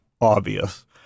obvious